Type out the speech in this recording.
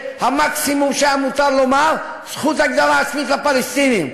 המקסימום שהיה מותר לומר זה "זכות הגדרה עצמית לפלסטינים".